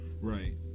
Right